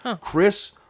Chris